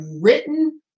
written